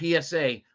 PSA